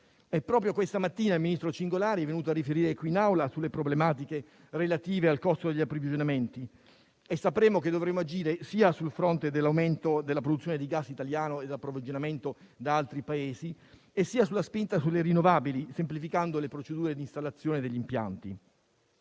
Proprio questa mattina il ministro Cingolani è venuto a riferire qui in Aula sulle problematiche relative al costo degli approvvigionamenti e sappiamo che dovremo agire sia sul fronte dell'aumento della produzione di gas italiano e dell'approvvigionamento da altri Paesi, sia sulla spinta per le rinnovabili, semplificando le procedure di installazione degli impianti.